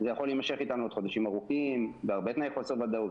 זה יכול להימשך אתנו עוד חודשים ארוכים בהרבה תנאי חוסר ודאות.